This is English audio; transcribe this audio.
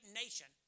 nation